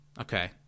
Okay